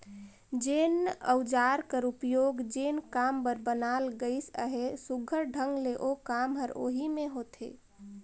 जेन अउजार कर उपियोग जेन काम बर बनाल गइस अहे, सुग्घर ढंग ले ओ काम हर ओही मे होथे